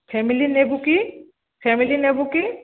family ନେବୁ କି family ନେବୁ କି